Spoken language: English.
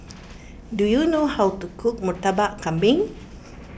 do you know how to cook Murtabak Kambing